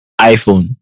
iPhone